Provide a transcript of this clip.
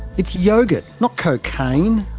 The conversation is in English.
it's yoghurt, not cocaine!